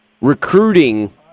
recruiting